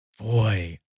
Boy